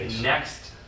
next